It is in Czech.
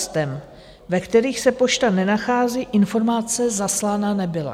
Oblastem, ve kterých se pošta nenachází, informace zaslána nebyla.